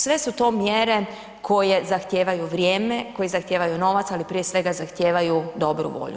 Sve su to mjere koje zahtijevaju vrijeme, koje zahtijevaju novac, ali prije svega zahtijevaju dobru volju.